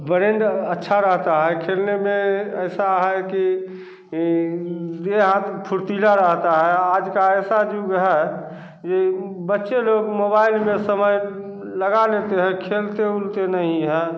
brain अच्छा रहता है खेलने में ऐसा है कि वह आदमी फुर्तीला रहता है आज का ऐसा युग है कि बच्चे लोग मोबाइल में समय लगा लेते हैं खेलते उलते नहीं है